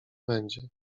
będzie